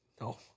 No